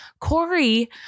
Corey